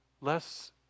less